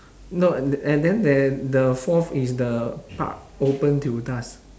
no and and then there the fourth is the park open till dusk